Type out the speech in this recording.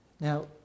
Now